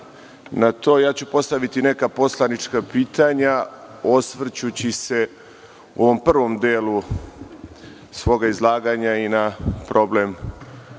na to postaviću neka poslanička pitanja, osvrćući se u ovom prvom delu svoga izlaganja i na problem rešavanja